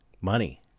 money